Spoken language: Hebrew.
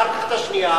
אחר כך את השנייה,